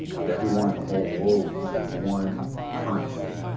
get everyone in the whole world using one currency,